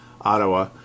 Ottawa